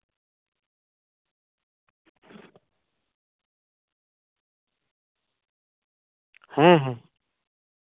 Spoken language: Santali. ᱦᱮᱸ ᱦᱮᱸ